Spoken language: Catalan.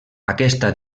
aquesta